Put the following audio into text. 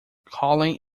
colin